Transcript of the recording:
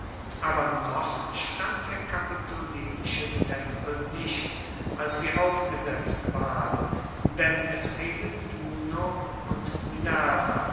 aber noch stand der kapitolinische tempel nicht als sie aufgesetzt ward denn es fehlen juno und minerva